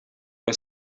are